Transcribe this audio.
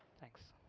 thanks.